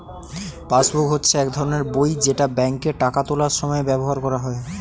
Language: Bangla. পাসবুক হচ্ছে এক ধরনের বই যেটা ব্যাংকে টাকা তোলার সময় ব্যবহার করা হয়